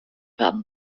werden